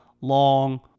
long